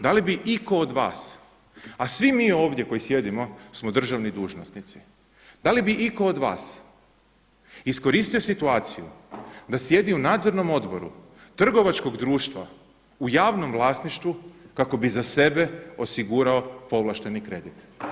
Da li bi itko od vas, a svi mi ovdje koji sjedimo smo državni dužnosnici, da li bi itko od vas iskoristio situaciju da sjedi u Nadzornom odboru trgovačkog društva u javnom vlasništvu kako bi za sebe osigurao povlašteni kredit?